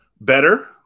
better